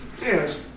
Yes